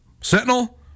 Sentinel